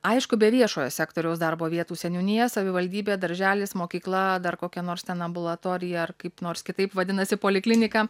aišku be viešojo sektoriaus darbo vietų seniūnija savivaldybė darželis mokykla dar kokia nors ten ambulatorija ar kaip nors kitaip vadinasi poliklinika